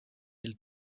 ils